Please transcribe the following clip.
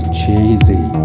cheesy